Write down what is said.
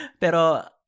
Pero